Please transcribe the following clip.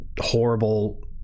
horrible